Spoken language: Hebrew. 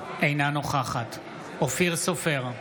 אינה נוכחת אופיר סופר,